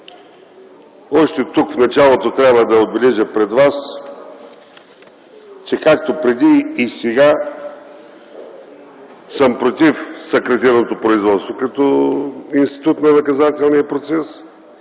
Още тук - в началото, трябва да отбележа пред вас, че както преди, и сега съм против съкратеното производство като институт на наказателния процес